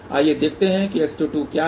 आइए देखते हैं कि S22 क्या है